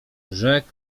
rzekł